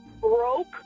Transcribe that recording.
broke